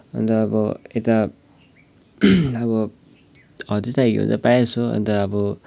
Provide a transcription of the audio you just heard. अन्त अब यता अब हो त्यस्तो खालको हुन्छ प्रायः जसो अन्त अब